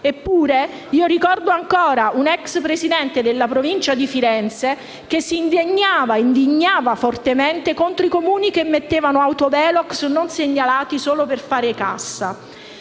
Eppure, io ricordo ancora un ex Presidente della Provincia di Firenze che si indignava fortemente contro i Comuni che mettevano *autovelox* non segnalati solo per fare cassa.